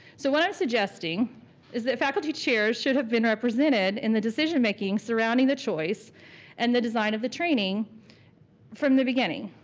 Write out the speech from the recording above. so what i'm suggesting is that faculty chairs should have been represented in the decision making surrounding the choice and the design of the training from the beginning.